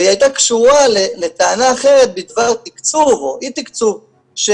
והיא הייתה קשורה לטענה אחרת בדבר תקצוב או אי תקצוב של